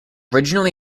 originally